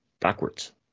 backwards